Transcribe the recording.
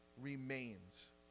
remains